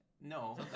No